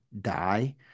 die